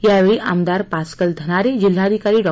यावेळी आमदार पास्कल धनारे जिल्हाधिकारी डॉ